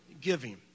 giving